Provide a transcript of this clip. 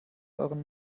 euren